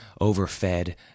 overfed